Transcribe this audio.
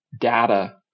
data